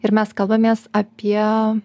ir mes kalbamės apie